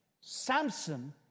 Samson